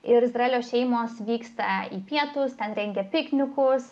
ir izraelio šeimos vyksta į pietus ten rengia piknikus